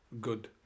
good